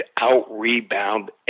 out-rebound